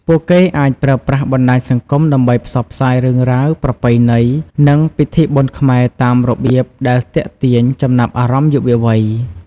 ពួកគេអាចប្រើប្រាស់បណ្ដាញសង្គមដើម្បីផ្សព្វផ្សាយរឿងរ៉ាវ ប្រពៃណី និងពិធីបុណ្យខ្មែរតាមរបៀបដែលទាក់ទាញចំណាប់អារម្មណ៍យុវវ័យ។